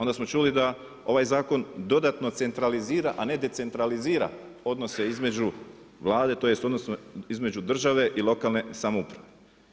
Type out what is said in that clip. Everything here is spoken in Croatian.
Onda smo čuli da ovaj zakon dodatno centralizira a ne decentralizira odnose između Vlade, tj. odnose između države i lokalne samouprave.